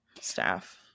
staff